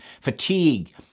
fatigue